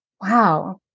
Wow